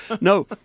No